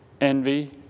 envy